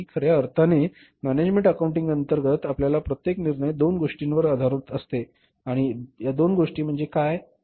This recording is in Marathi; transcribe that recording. खर्या अर्थाने टणकातील मॅनेजमेंट अकाउंटिंग अंतर्गत आपला प्रत्येक निर्णय दोन गोष्टींवर आधारित असतो आणि या दोन गोष्टी म्हणजे काय